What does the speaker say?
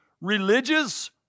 Religious